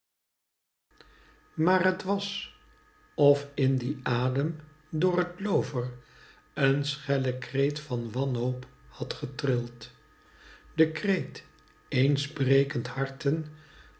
maar t was of in dien adem door het loover een schelle kreet van wanhoop had getrild de kreet eens brekend harten